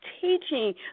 teaching